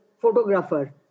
photographer